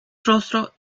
rostro